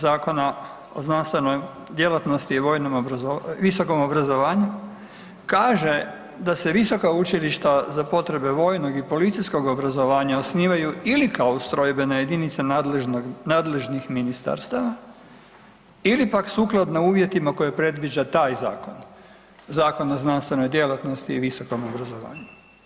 Zakona o znanstvenoj djelatnosti i vojnom, visokom obrazovanju, kaže da se visoka učilišta za potrebe vojnog i policijskog obrazovanja osnivaju ili kao ustrojbene jedinice nadležnog, nadležnih ministarstava ili pak sukladno uvjetima koje predviđa taj zakon, Zakon o znanstvenoj djelatnosti i visokom obrazovanju.